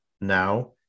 now